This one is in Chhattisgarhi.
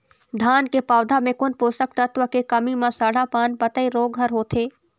धान के पौधा मे कोन पोषक तत्व के कमी म सड़हा पान पतई रोग हर होथे?